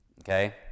Okay